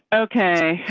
okay,